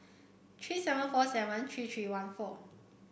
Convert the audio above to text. three seven four seven three three one four